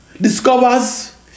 discovers